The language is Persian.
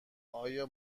آیا